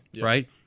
right